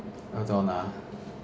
hold on ah